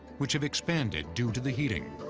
which have expanded, due to the heating.